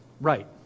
right